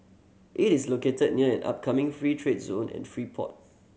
it is located near an upcoming free trade zone and free port